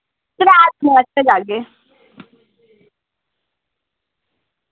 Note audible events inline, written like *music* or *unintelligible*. त्रै *unintelligible* आस्तै जागे